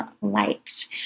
liked